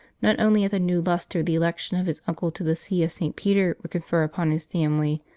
not only at the new lustre the election of his uncle to the see of st. peter would confer upon his family,